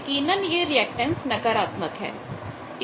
यकीनन यह रिएक्टेंस नकारात्मक है